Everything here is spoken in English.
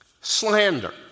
Slander